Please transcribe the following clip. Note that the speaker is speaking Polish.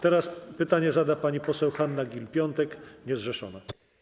Teraz pytanie zada pani poseł Hanna Gill-Piątek, niezrzeszona.